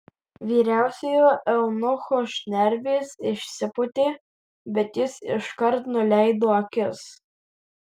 vyriausiojo eunucho šnervės išsipūtė bet jis iškart nuleido akis